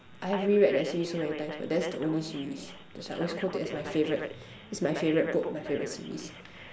I've reread that series so many times but that's the only series that's why I always quote it as my favorite that's my favorite book my favorite series